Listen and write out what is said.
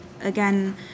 Again